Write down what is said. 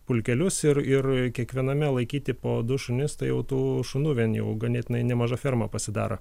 pulkelius ir ir kiekviename laikyti po du šunis tai jau tų šunų vien jau ganėtinai nemaža ferma pasidaro